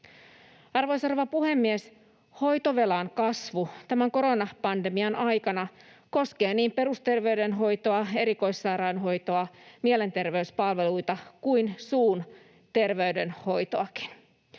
Arvoisa rouva puhemies! Hoitovelan kasvu tämän koronapandemian aikana koskee niin perusterveydenhoitoa, erikoissairaanhoitoa, mielenterveyspalveluita kuin suun terveydenhoitoakin.